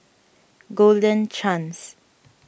Golden Chance